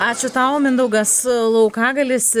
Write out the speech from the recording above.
ačiū tau mindaugas laukagalis